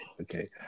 Okay